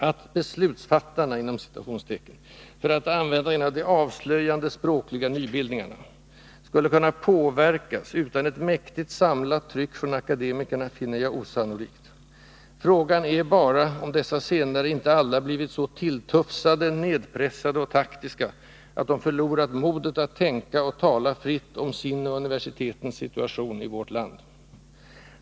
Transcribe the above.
Att "beslutsfattarna" — för att använda en av de avslöjande språkliga nybildningarna — skulle kunna påverkas utan ett mäktigt, samlat tryck från akademikerna, finner jag osannolikt. Frågan är bara om dessa senare inte alla blivit så tilltufsade, nedpressade och taktiska, att de förlorat modet att tänka och att tala fritt om sin och universitetens situation i vårt land.